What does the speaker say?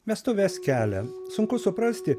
vestuves kelia sunku suprasti